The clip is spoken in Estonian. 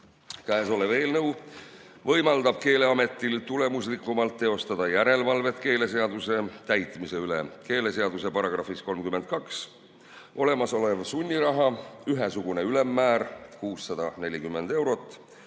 Käesolev eelnõu võimaldab Keeleametil tulemuslikumalt teostada järelevalvet keeleseaduse täitmise üle. Keeleseaduse §‑s 32 olemasoleva sunniraha ühesugune ülemmäär on 640 eurot